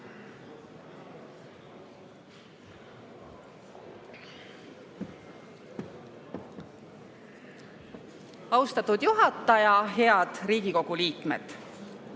Austatud juhataja! Head Riigikogu liikmed!